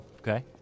Okay